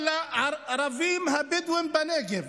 אבל לערבים הבדואים בנגב,